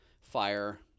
fire